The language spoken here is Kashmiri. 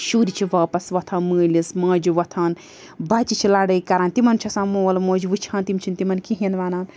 شُرۍ چھِ واپَس وۄتھان مٲلِس ماجہِ وۄتھان بَچہِ چھِ لَڑٲے کَران تِمَن چھِ آسان مول موج وٕچھان تِم چھِنہٕ تِمَن کِہیٖنۍ وَنان